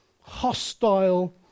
hostile